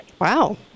Wow